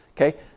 Okay